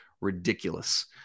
ridiculous